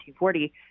1940